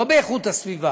לא באיכות הסביבה,